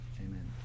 amen